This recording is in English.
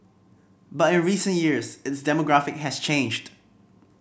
but in recent years its demographic has changed